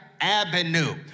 Avenue